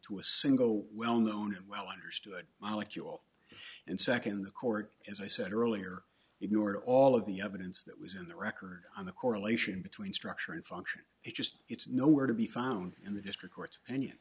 to a single well known and well understood molecule and second the court as i said earlier ignore all of the evidence that was in the record on the correlation between structure and function it just it's nowhere to be found in the district court